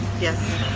yes